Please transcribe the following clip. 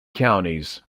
counties